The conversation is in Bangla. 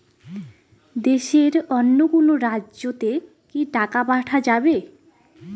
দেশের অন্য কোনো রাজ্য তে কি টাকা পাঠা যাবে?